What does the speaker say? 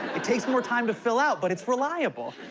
it takes more time to fill out, but it's reliable.